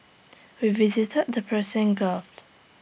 we visited the Persian gulf